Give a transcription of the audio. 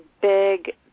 big